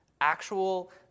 actual